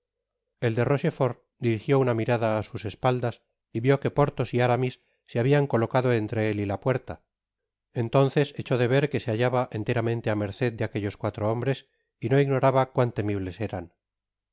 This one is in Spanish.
el de rochefort dirigió una mirada á sus espaldas y vió que porthos y aramis se habian colocado enlre él y la puerta entonces echó de ver que se halla ba enteramente á merced de aquellos cuatro hombres y no ignoraba cuán temibles eran